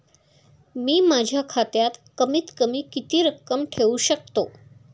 मी माझ्या खात्यात कमीत कमी किती रक्कम ठेऊ शकतो?